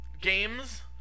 games